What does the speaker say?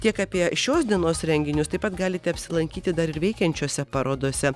tiek apie šios dienos renginius taip pat galite apsilankyti dar ir veikiančiose parodose